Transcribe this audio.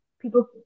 people